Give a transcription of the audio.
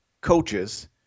coaches